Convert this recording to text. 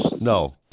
no